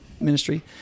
ministry